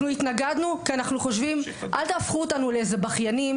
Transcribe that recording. אנחנו התנגדנו כי אנחנו חושבים אל תהפכו אותנו לבכיינים,